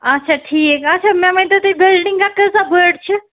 آچھا ٹھیٖک آچھا مےٚ ؤنۍتو تُہۍ بِلڈِنٛگا کۭژاہ بٔڑ چھِ